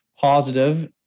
positive